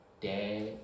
dad